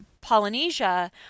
Polynesia